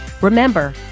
Remember